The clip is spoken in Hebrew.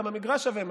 גם המגרש שווה משהו.